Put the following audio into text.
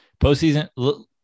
Postseason